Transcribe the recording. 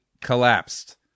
collapsed